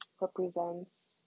represents